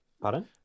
Pardon